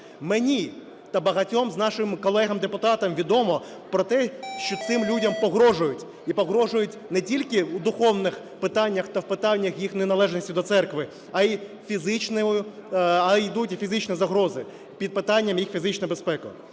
Мені та багатьом нашим колегам-епутатам відомо про те, що цим людям погрожують. І погрожують не тільки в духовних питаннях та в питаннях їх неналежності до церкви, а і йдуть фізичні загрози, під питанням їх фізична безпека.